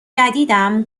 جدیدم